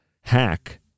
hack